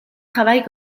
travaille